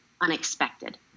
unexpected